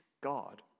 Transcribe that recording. God